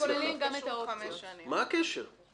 מה הקשר?